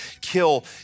kill